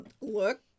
Look